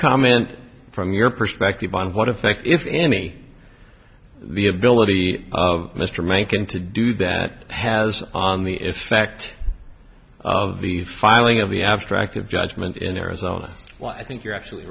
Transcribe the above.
comment from your perspective on what effect if any the ability of mr macon to do that has on the effect of the filing of the abstract of judgment in arizona well i think you're a